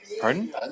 Pardon